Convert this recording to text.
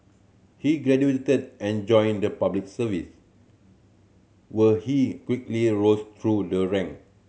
he graduated and joined the Public Service where he quickly rose through the rank